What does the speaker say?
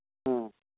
ꯑꯣ